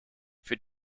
für